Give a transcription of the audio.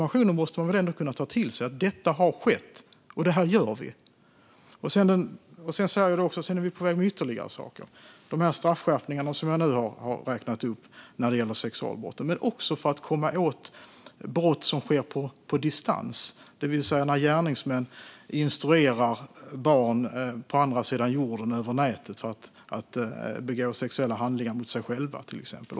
Man måste väl ändå kunna ta till sig informationen att detta har skett och att vi gör det här? Vi är också på väg med ytterligare saker, som straffskärpningarna som jag har nu har räknat upp när det gäller sexualbrotten men också insatser för att komma åt brott som sker på distans, det vill säga när gärningsmän instruerar barn på andra sidan jorden över nätet att till exempel begå sexuella handlingar mot sig själva.